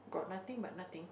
got nothing but nothing